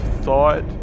thought